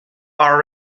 are